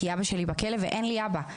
כי אבא שלי בכלא ואין לי אבא.